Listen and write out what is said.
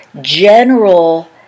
general